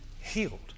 healed